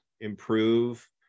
improve